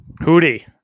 Hootie